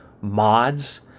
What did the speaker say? mods